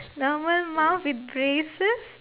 double mouth with braces